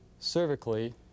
cervically